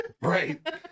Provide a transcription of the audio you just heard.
Right